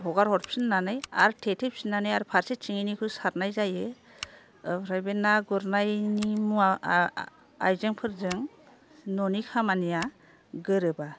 हगार हरफिन्नानै आरो थेथे फिन्नानै आरो फारसे थिङैनिखौ सारनाय जायो ओमफ्राय बे ना गुरनायनि मुवा आइजेंफोरजों न'नि खामानिया गोरोबा